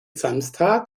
samstag